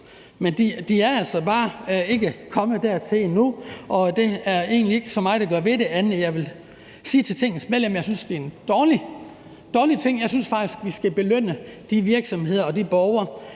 Men de er altså bare ikke kommet dertil endnu, og der er egentlig ikke så meget at gøre ved det, andet end at jeg vil sige til Tingets medlemmer, at jeg synes, at det er en dårlig ting. Jeg synes faktisk, vi skal belønne de virksomheder og de borgere,